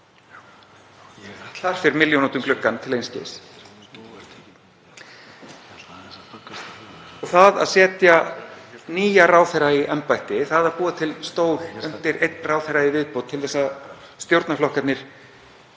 Þar fer milljón út um gluggann til einskis. Það á að setja nýjan ráðherra í embætti, búa til stól undir einn ráðherra í viðbót til að stjórnarflokkarnir